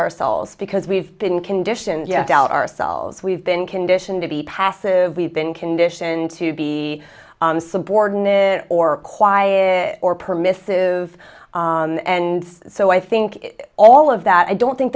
ourselves because we've been conditioned ourselves we've been conditioned to be passive we've been conditioned to be subordinate or quiet or permissive and so i think all of that i don't think